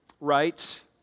writes